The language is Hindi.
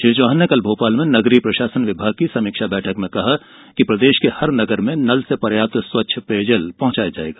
श्री चौहान ने कल भोपाल में नगरीय प्रशासन विभाग की समीक्षा बैठक में कहा कि प्रदेश के हर नगर में नल से पर्याप्त स्वच्छ पेयजल पहुँचाया जाएगा